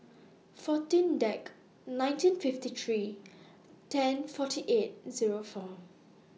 fourteen Dec nineteen fifty three ten forty eight Zero four